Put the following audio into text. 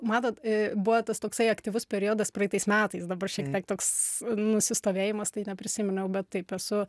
matot buvo tas toksai aktyvus periodas praeitais metais dabar šiek tiek toks nusistovėjimas tai neprisiminiau bet taip esu